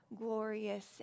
glorious